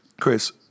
Chris